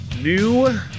new